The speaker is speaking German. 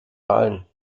zahlen